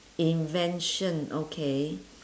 invention okay